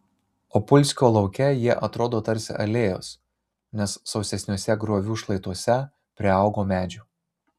opulskio lauke jie atrodo tarsi alėjos nes sausesniuose griovių šlaituose priaugo medžių